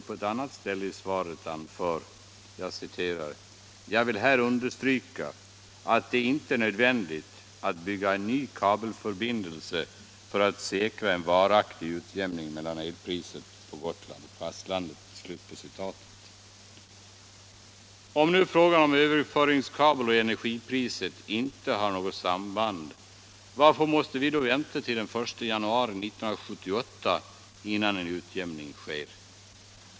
På ett annat ställe i svaret anför statsrådet: ”Jag vill här understryka att det inte är nödvändigt att bygga en ny kabelförbindelse för att säkra en varaktig utjämning mellan elpriserna på Gotland och fastlandet.” Om frågan om överföringskabel och frågan om energipriset inte har något samband, varför måste vi då vänta till den 1 januari 1978, innan utjämning kan ske?